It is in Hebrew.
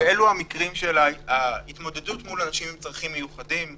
ואלו המקרים של ההתמודדות מול אנשים עם צרכים מיוחדים.